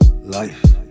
life